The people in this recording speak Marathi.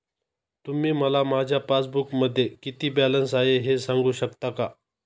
तुम्ही मला माझ्या पासबूकमध्ये किती बॅलन्स आहे हे सांगू शकता का?